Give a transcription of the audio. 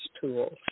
tools